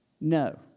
no